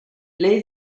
ble